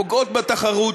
שפוגעות בתחרות,